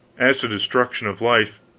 as to destruction of life,